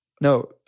No